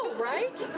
right?